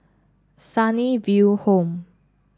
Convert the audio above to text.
Sunnyville Home